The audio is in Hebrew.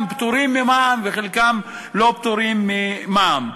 פטורים ממע"מ וחלקם לא פטורים ממע"מ.